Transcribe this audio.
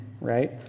right